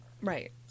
right